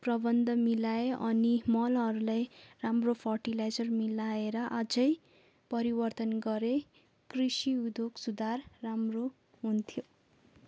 प्रबन्ध मिलाई अनि मलहरूलाई राम्रो फर्टिलाइजर मिलाएर अझै परिवर्तन गरे कृषि उद्योग सुधार राम्रो हुन्थ्यो